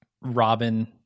Robin